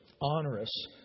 onerous